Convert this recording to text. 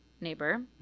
neighbor